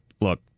look